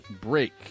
break